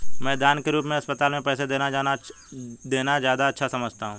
मैं दान के रूप में अस्पताल में पैसे देना ज्यादा अच्छा समझता हूँ